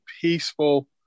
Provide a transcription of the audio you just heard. peaceful